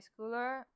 schooler